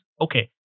okay